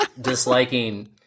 disliking